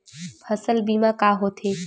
फसल बीमा का होथे?